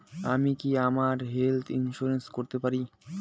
আমি কি আমার হেলথ ইন্সুরেন্স করতে পারি?